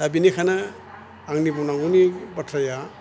दा बेनिखायनो आंनि बुंनांगौनि बाथ्राया